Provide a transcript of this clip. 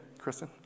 Kristen